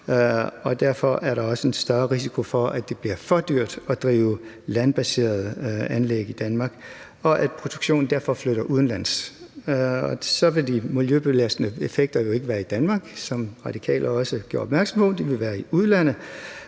derfor er der også en større risiko for, at det bliver for dyrt at drive landbaserede anlæg i Danmark, og at produktionen derfor flytter udenlands. Så vil de miljøbelastende effekter jo ikke være i Danmark, som Radikale også gjorde opmærksom på. De vil være i udlandet.